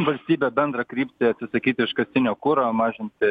valstybė bendrą kryptį atsisakyti iškastinio kuro mažinti